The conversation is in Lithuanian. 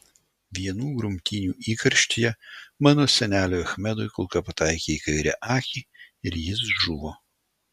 vienų grumtynių įkarštyje mano seneliui achmedui kulka pataikė į kairę akį ir jis žuvo